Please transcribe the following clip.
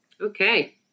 Okay